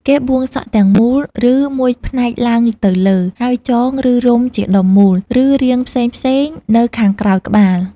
គេបួងសក់ទាំងមូល ឬមួយផ្នែកឡើងទៅលើ ហើយចង ឬរុំជាដុំមូល ឬរាងផ្សេងៗនៅខាងក្រោយក្បាល។